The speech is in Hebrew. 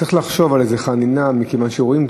צריך לחשוב על חנינה מכיוון שרואים,